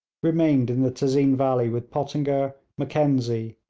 remained in the tezeen valley with pottinger, mackenzie,